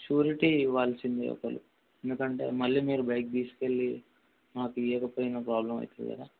surety ఇవ్వాల్సిందే ఒక్కరు ఎందుకంటే మళ్ళీ మీరు బైక్ తీసుకెళ్ళి మాకు ఇయ్యక పోయినా ప్రాబ్లెమ్ అవుతుంది కదా